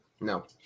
no